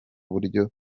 buryo